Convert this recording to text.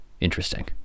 interesting